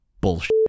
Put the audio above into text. Bullshit